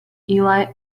ely